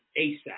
ASAP